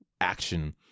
action